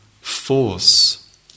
force